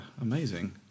Amazing